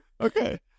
Okay